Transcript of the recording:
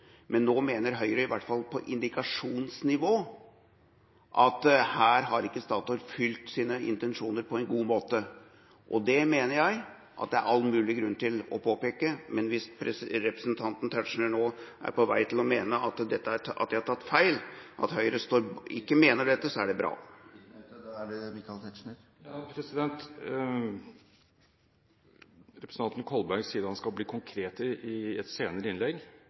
Men nå mener Høyre, iallfall på indikasjonsnivå, at her har ikke Statoil fylt sine intensjoner på en god måte. Det mener jeg det er all mulig grunn til å påpeke. Hvis representanten Tetzschner nå er på vei til å mene at jeg har tatt feil, og at Høyre ikke mener dette, er det bra. Representanten Kolberg sier han skal bli konkret i et senere innlegg.